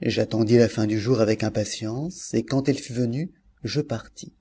j'attendis la fin du jour avec impatience et quand elle fut venue je partis